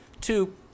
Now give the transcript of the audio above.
two